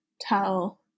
tell